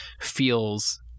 feels